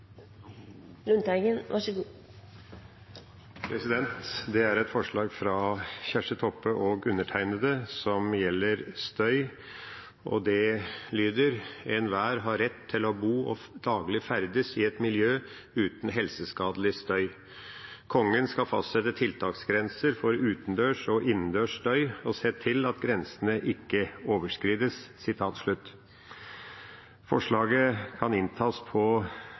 lyder: «Enhver har rett til å bo og daglig ferdes i et miljø uten helseskadelig støy. Kongen skal fastsette tiltaksgrenser for utendørs og innendørs støy og se til at grensene ikke overskrides.» Forslaget kan inntas på